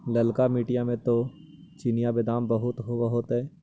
ललका मिट्टी मे तो चिनिआबेदमां बहुते होब होतय?